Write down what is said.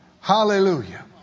Hallelujah